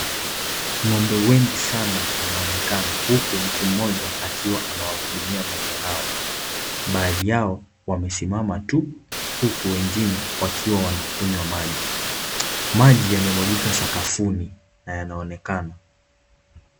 Ng'ombe wengi sana wanaonekana, huku mtu mmoja akiwa anawahudumia ng'ombe hao, baadhi yao wamesimama tu, huku wengine wakiwa wanakunywa maji, maji yamemwagika sakafuni na yanaonekana.